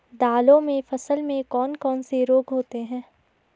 दालों की फसल में कौन कौन से रोग होते हैं?